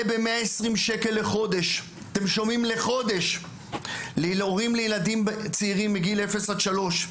ב-120 שקל לחודש להורים לילדים מגיל אפס עד שלוש,